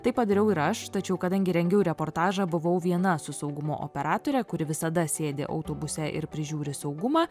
tai padariau ir aš tačiau kadangi rengiau reportažą buvau viena su saugumo operatore kuri visada sėdi autobuse ir prižiūri saugumą